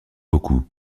beaucoup